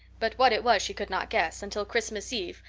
but what it was she could not guess, until christmas eve,